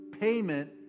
payment